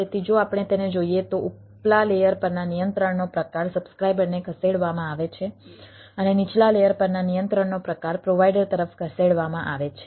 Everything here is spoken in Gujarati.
તેથી જો આપણે તેને જોઈએ તો ઉપલા લેયર પરના નિયંત્રણનો પ્રકાર સબ્સ્ક્રાઇબરને ખસેડવામાં આવે છે અને નીચલા લેયર પરના નિયંત્રણનો પ્રકાર પ્રોવાઈડર તરફ ખસેડવામાં આવે છે